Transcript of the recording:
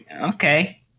okay